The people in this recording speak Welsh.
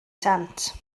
sant